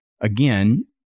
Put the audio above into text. again